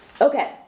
Okay